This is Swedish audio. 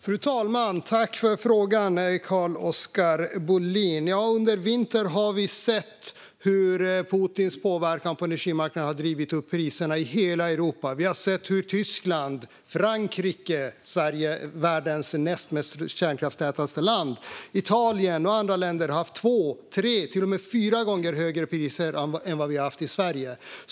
Fru talman! Tack för frågan, Carl-Oskar Bohlin! Under vintern har vi sett hur Putins påverkan på energimarknaden har drivit upp priserna i hela Europa. Vi har sett hur Tyskland, Frankrike - världens näst mest kärnkraftstäta land - Italien och andra länder har haft två, tre och till och med fyra gånger högre priser än vad vi har haft i Sverige.